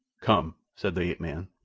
come! said the ape-man,